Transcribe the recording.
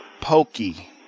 Pokey